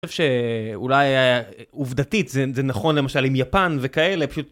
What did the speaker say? אני חושב שאולי עובדתית זה נכון למשל עם יפן וכאלה פשוט...